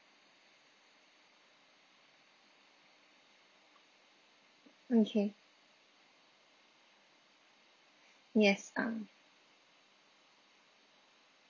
okay yes um